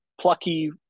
plucky